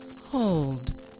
Hold